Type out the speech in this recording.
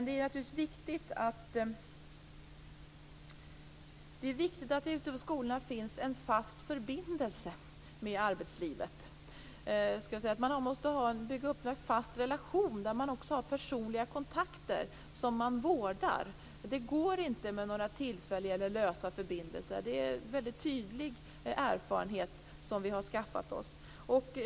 Det är viktigt att det finns en fast förbindelse med arbetslivet ute på skolorna. Man måste bygga upp en fast relation där man också har personliga kontakter som man vårdar. Det går inte med några tillfälliga eller lösa förbindelser. Det är en väldigt tydlig erfarenhet som vi har skaffat oss.